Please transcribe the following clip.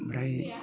ओमफ्राय